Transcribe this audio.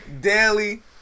Daily